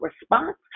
response